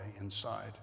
inside